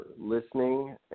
listening